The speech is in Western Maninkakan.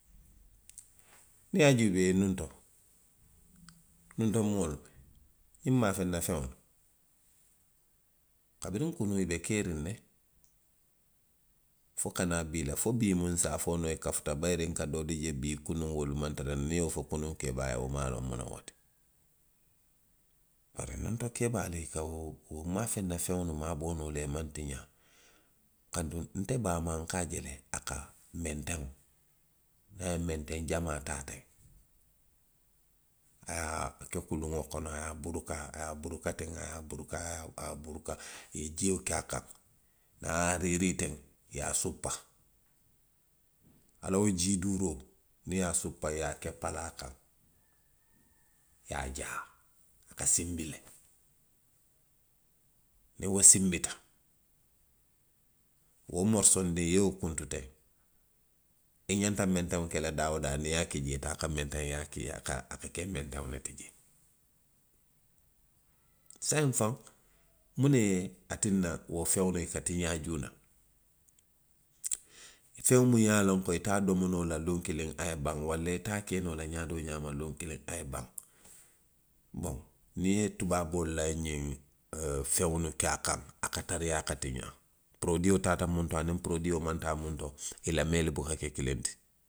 Nte ye a juubee kunuŋ to, nuŋ to moolu, ňiŋ maafeŋ na feŋolu, kabiriŋ kunuŋ i be keeriŋ ne, fo ka naa bii la fo bii moo se a fo noo i kafuta bayiri i ka doolu je jee bii kunuŋ wolu maŋ tara, niŋ i ye wo fo kunuŋ keebaa ye, wo maŋ a loŋ muŋ noŋ wo ti. Bari nuŋ to keebaalu i ka wo, wo maafeŋ na feŋolu maaboo noo le i maŋ tiňaa. Anduŋ nte baamaa, nka a je le, a ka menteŋo, niŋ a ye menteŋ jamaa taa teŋ, a ye a ke kuluŋo kono, a ye a buduka, a ye a buduka teŋ, a ye a buruka, a ye a buruka, i ye jio ke a kaŋ, niŋ a ye a riirii teŋ, i ye a suppa, a la wo jii duuroo, niŋ i ye a suppa i ye a ke palaa kaŋ. i ye a jaa. A ka sinbi le. Niŋ wo sinbita, wo morosiindiŋo i ye wo kuntu teŋ, i ŋanta menteŋ ke la daa woo daa, niŋ i ye a ki jee to a ka menteŋ yaa ki, a, a ka ke menteŋo le ti jee. Saayiŋ faŋ, muŋ ne ye a tinna wo feŋolu, i ka tiaa juuna? Feŋ muŋ ye a loŋ. Ko i te a domo noo la luw kiliŋ a ye baŋ. walla ite a ke noo la ňaa doo ňaama luŋ kiliŋ a ye baŋ. Boŋ niŋ i ye tubaaboolu la ňiŋ ooo feŋlu ke a kaŋ, a ka tariyaa ka tiňaa. Poroodio taata muŋ to aniŋ poroodio maŋ taa muŋ to, i la meelu buka ke kiliŋ ti.